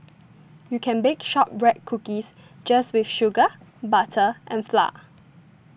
you can bake Shortbread Cookies just with sugar butter and flour